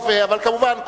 אבל כמובן,